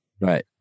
Right